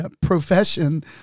profession